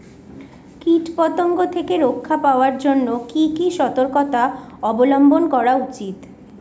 কীটপতঙ্গ থেকে রক্ষা পাওয়ার জন্য কি কি সর্তকতা অবলম্বন করা উচিৎ?